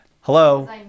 hello